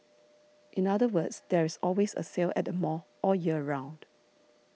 in other words there is always a sale at the mall all year round